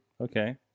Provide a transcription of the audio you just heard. Okay